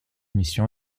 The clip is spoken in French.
mission